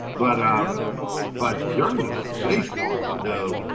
but um but during this spacewalk, though,